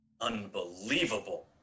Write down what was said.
Unbelievable